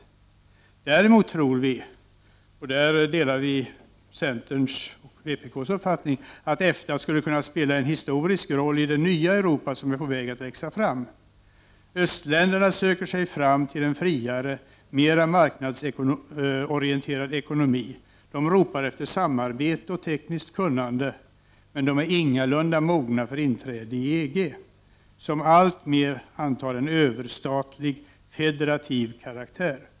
Utrikeshandel. Däremot tror vi, och där delar vi centerns och vpk:s uppfattning, att EFTA skulle kunna spela en historisk roll i det nya Europa som är på väg att växa fram. Östländerna söker sig fram till en friare, mera marknadsorienterad ekonomi, de ropar efter samarbete och tekniskt kunnande, men de är ingalunda mogna för ett inträde i EG, som alltmer antar en överstatlig, federativ karaktär.